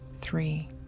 three